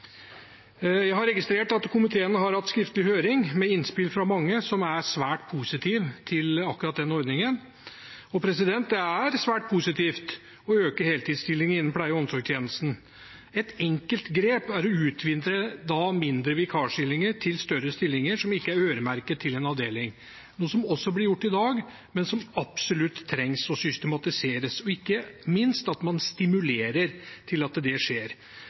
Jeg har registrert at komiteen har hatt skriftlig høring med innspill fra mange som er svært positive til akkurat den ordningen. Det er svært positivt å øke heltidsstillinger innenfor pleie - og omsorgtjenesten. Et enkelt grep er å utvide mindre vikarstillinger til større stillinger som ikke er øremerket til en avdeling, noe som også blir gjort i dag, men som en absolutt trenger å systematisere, og ikke minst at man stimulerer til at det skjer.